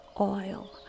oil